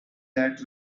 that